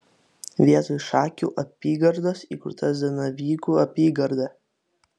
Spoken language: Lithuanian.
vietoj šakių apygardos įkurta zanavykų apygarda